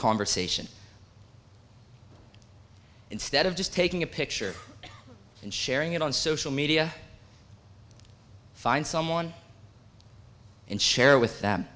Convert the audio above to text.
conversation instead of just taking a picture and sharing it on social media find someone and share with